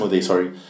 sorry